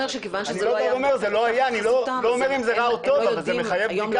אני לא אומר אם זה רע או טוב, אבל זה מחייב בדיקה.